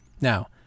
Now